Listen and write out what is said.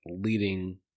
leading